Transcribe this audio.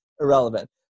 irrelevant